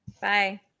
Bye